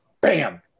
bam